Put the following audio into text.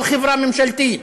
כל חברה ממשלתית,